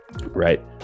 right